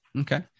Okay